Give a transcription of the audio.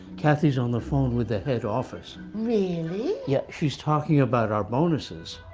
kathy's on the phone with the head office. really? yeah, she's talking about our bonuses.